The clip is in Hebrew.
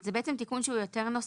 זה תיקון שהוא יותר נוסחי.